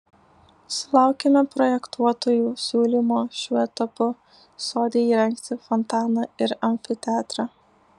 sulaukėme projektuotojų siūlymo šiuo etapu sode įrengti fontaną ir amfiteatrą